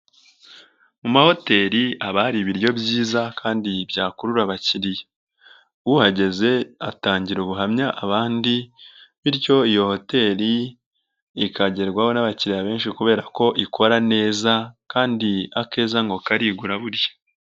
Mu mahoteri haba hari ibiryo byiza kandi byakurura abakiriya, uhageze atangira ubuhamya abandi, bityo iyo hoteri ikagerwaho n'abakiriya benshi kubera ko ikora neza kandi akeza ngo karigura burya.